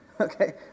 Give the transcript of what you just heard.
okay